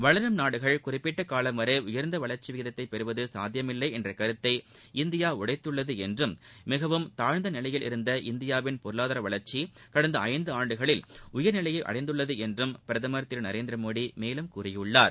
வளரும் நாடுகள் குறிப்பிட்ட காலம் வரை உயர்ந்த வளர்ச்சி விகிதத்தை பெறுவது சாத்தியமில்லை என்ற கருத்தை இந்தியா உடைத்துள்ளது என்றும் மிகவும் தாழந்த நிலையில் இருந்து இந்தியா பொருளாதார வளர்ச்சி கடந்த ஐந்து ஆண்டுகளில் உயர்நிலையை அடைந்துள்ளது என்று பிரதமர் திரு நரேந்திரமோடி மேலும் கூறியிருக்கிறார்